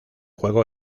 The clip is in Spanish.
juego